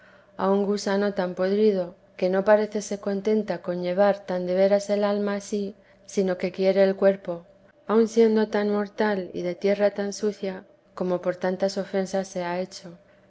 a un gusano tan podrido que no parece se contenta con llevar tan de veras el alma a sí sino que quiere el cuerpo aun siendo tan mortal y de tierra tan sucia como por tantas ofensas se ha hecho